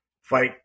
fight